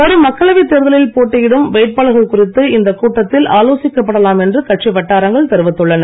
வரும் மக்களவை தேர்தலில் போட்டியிடும் வேட்பாளர்கள் குறித்து இந்த கூட்டத்தில் ஆலோசிக்கப்படலாம் என்று கட்சி வட்டாரங்கள் தெரிவித்துள்ளன